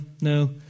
no